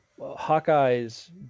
Hawkeye's